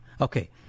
Okay